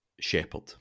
shepherd